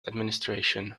administration